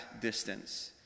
distance